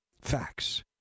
facts